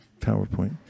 PowerPoint